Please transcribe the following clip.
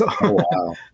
Wow